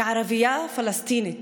כערבייה פלסטינית,